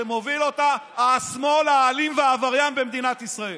שמוביל אותה השמאל האלים והעבריין במדינת ישראל.